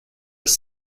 his